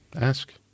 ask